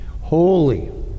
Holy